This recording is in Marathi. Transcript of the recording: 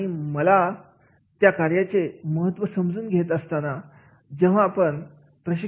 आणि मला पण त्या कार्याचे महत्व समजून घेत असतो